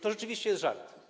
To rzeczywiście jest żart.